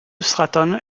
stratton